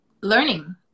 learning